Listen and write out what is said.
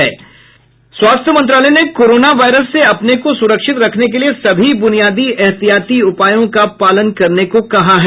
स्वास्थ्य मंत्रालय ने कोरोना वायरस से अपने को सु्रक्षित रखने के लिए सभी ब्रनियादी एहतियाती उपायों का पालन करने को कहा है